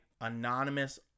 anonymous